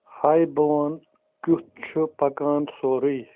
ہاے بہٕ ونہٕ کٮُ۪تھ چھُ پکان سورُے